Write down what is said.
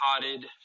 potted